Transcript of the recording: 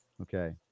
Okay